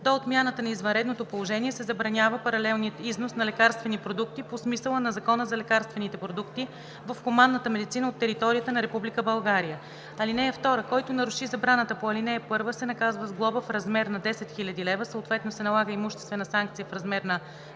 До отмяната на извънредното положение се забранява паралелният износ на лекарствени продукти по смисъла на Закона за лекарствените продукти в хуманната медицина от територията на Република България. (2) Който наруши забраната по ал. 1 се наказва с глоба в размер на 10 000 лв., съответно се налага имуществена санкция в размер на